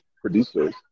producers